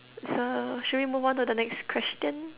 so should we move on to next question